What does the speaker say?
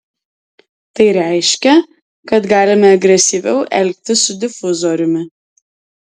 tai reiškia kad galime agresyviau elgtis su difuzoriumi